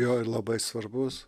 jo ir labai svarbus